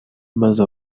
maze